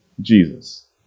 Jesus